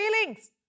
feelings